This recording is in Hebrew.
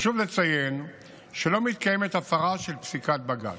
חשוב לציין שלא מתקיימת הפרה של פסיקת בג"ץ.